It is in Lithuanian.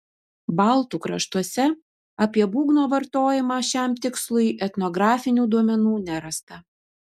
baltų kraštuose apie būgno vartojimą šiam tikslui etnografinių duomenų nerasta